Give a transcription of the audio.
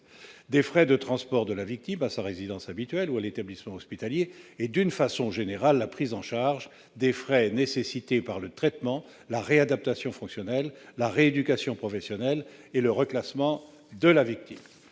des frais de transport de la victime à sa résidence habituelle ou à l'établissement hospitalier et, d'une façon générale, la prise en charge des frais nécessités par le traitement, la réadaptation fonctionnelle, la rééducation professionnelle et le reclassement de la victime.